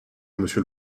monsieur